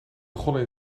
begonnen